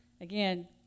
again